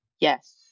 Yes